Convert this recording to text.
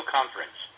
Conference